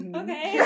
okay